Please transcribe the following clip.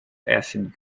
acid